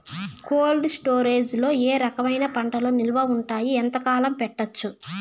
Cold storage లో ఏ రకమైన పంటలు నిలువ ఉంటాయి, ఎంతకాలం పెట్టొచ్చు?